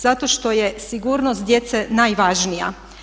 Zato što je sigurnost djece najvažnija.